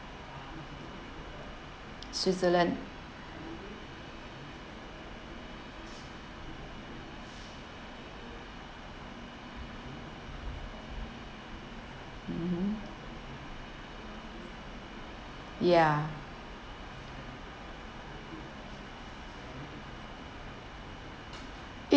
switzerland mmhmm ya